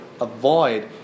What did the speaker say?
avoid